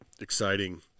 exciting